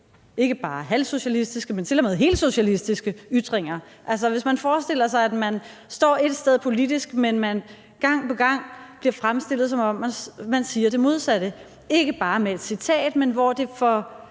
ikke bare halvsocialistiske, men til og med helsocialistiske ytringer – altså hvis man forestiller sig, at man står et sted politisk, men man gang på gang bliver fremstillet, som om man siger det modsatte, ikke bare med et citat, men hvor det for